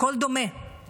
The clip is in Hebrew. הכול דומה/